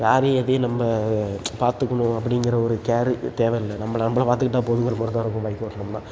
யாரையும் எதையும் நம்ம பார்த்துக்கணும் அப்படிங்கிற ஒரு கேரு தேவயில்ல நம்ம நம்பளை பார்த்துக்கிட்டா போதுங்கிற மாதிரி தான் இருக்கும் பைக் ஓட்டினம்னா